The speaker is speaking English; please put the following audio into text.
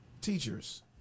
Teachers